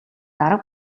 дарга